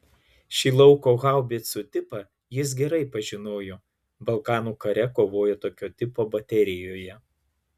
šį lauko haubicų tipą jis gerai pažinojo balkanų kare kovojo tokio tipo baterijoje